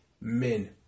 Men